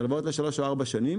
אלה הלוואות לשלוש או ארבע שנים